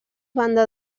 banda